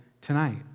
tonight